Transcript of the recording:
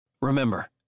Remember